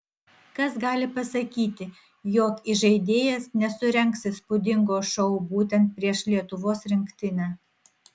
kas gali pasakyti jog įžaidėjas nesurengs įspūdingo šou būtent prieš lietuvos rinktinę